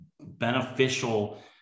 beneficial